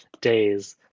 days